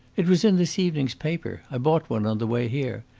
it was in this evening's paper. i bought one on the way here.